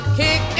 kick